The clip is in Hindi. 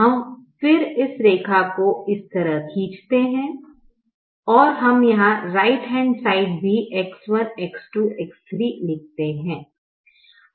हम फिर इस रेखा को इस तरह खींचते हैं और हम यहां राइट हैंड साइड भी X1 X2 X3 X4 लिखें